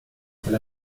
tel